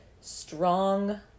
strong